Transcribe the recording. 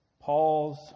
Paul's